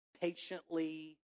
patiently